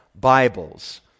Bibles